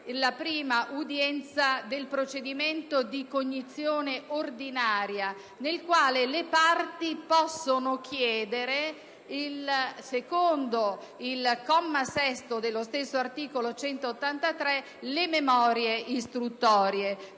la prima udienza del procedimento di cognizione ordinaria, nella quale le parti possono chiedere, in base al comma sesto del medesimo articolo 183, le memorie istruttorie.